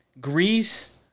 Greece